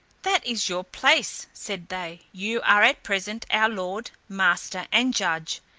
that is your place, said they, you are at present our lord, master, and judge,